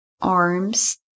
arms